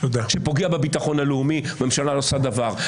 שפוגע בביטחון הלאומי והממשלה לא עושה דבר.